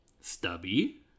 Stubby